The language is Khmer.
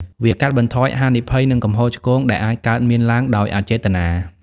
វាកាត់បន្ថយហានិភ័យ និងកំហុសឆ្គងដែលអាចកើតមានឡើងដោយអចេតនា។